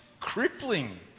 Crippling